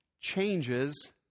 changes